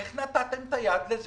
איך נתתם את היד שזה יקרה?